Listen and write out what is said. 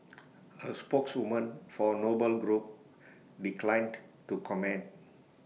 A spokeswoman for A noble group declined to comment